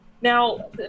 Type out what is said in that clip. Now